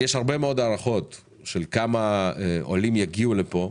יש הרבה מאד הערכות של כמה עולים יגיעו לפה,